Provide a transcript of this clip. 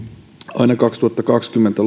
aina kaksituhattakaksikymmentä